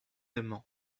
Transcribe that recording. amañ